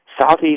southeast